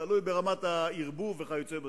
תלוי ברמת הערבוב וכיוצא בזה.